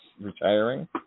retiring